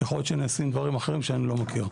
יכול להיות שנעשים דברים אחרים שאני לא מכיר.